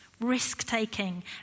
risk-taking